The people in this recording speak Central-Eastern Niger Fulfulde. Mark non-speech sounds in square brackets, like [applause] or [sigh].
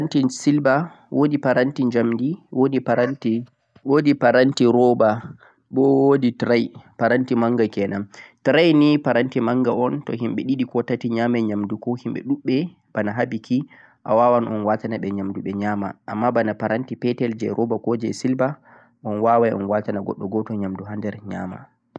woodi parantin silver, woodi paranti jamdi, woodi paranti [noise] woodi parantin roba, boh woodi tray paranti manga kenan tray nei paranti manga o'n toh yimbe didi yamuu yamdu koh yimbe dubbei bonah habukki a'waawan o'n watu nanam yamdu ben yaama amma boonah paranti petal jee roba koh jee silver o'n waawei o'n watuuna gwaddu ghotan yamduu der en yaama.